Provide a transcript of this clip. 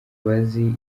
bazi